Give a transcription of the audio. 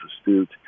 astute